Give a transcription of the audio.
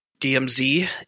DMZ